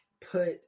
put